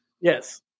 Yes